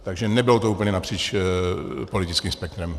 Takže nebylo to úplně napříč politickým spektrem.